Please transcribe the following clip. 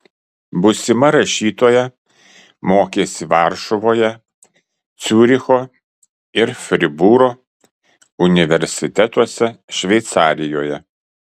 būsima rašytoja mokėsi varšuvoje ciuricho ir fribūro universitetuose šveicarijoje